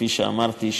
כפי שאמרתי,